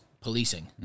policing